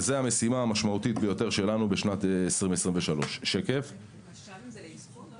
וזאת המשימה המשמעותית ביותר שלנו בשנת 2023. מלשב"ים זה לטיפול?